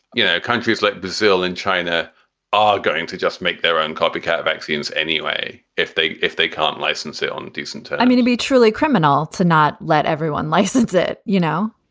you know countries like brazil and china are going to just make their own copycat vaccines anyway. if they if they can't license it on decent i mean, to be truly criminal, to not let everyone license it, you know,